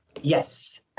Yes